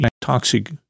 toxic